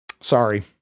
Sorry